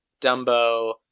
Dumbo